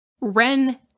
ren